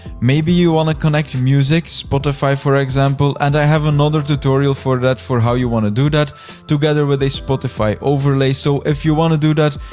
maybe you wanna connect music, spotify, for example and i have another tutorial for that for how you wanna do that together with a spotify overlay, so if you wanna do that,